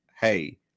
hey